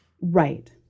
Right